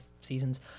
seasons